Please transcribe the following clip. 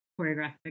choreographic